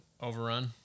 overrun